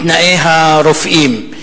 בתנאי הרופאים.